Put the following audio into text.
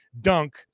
dunk